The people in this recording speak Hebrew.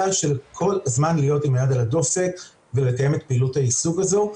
של כל הזמן להיות עם היד על הדופק ולקיים את פעילות היישוג הזאת,